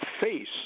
face